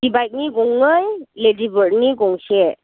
city बाइकनि गंनै लेडिबार्दनि गंसे